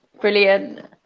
Brilliant